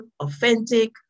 authentic